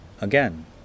Again